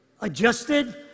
Adjusted